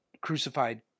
crucified